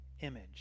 image